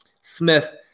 Smith